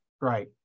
right